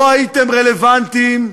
לא הייתם רלוונטיים,